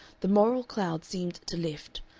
the moral cloud seemed to lift,